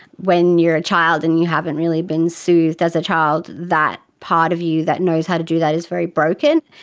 when you're a child and you haven't really been soothed as a child, that part of you that knows how to do that is very broken.